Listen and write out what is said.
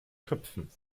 köpfen